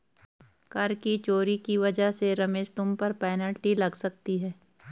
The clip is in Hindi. कर की चोरी की वजह से रमेश तुम पर पेनल्टी लग सकती है